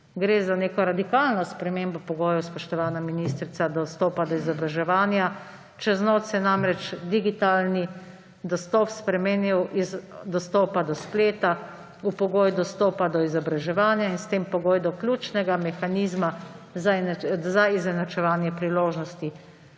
Gre za neko radikalno spremembo pogojev, spoštovana ministrica, dostopa do izobraževanja. Čez noč se je namreč digitalni dostop spremenil z dostopa do spleta v pogoj dostopa do izobraževanja in s tem pogoj do ključnega mehanizma za izenačevanje priložnosti.